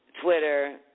Twitter